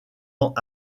ans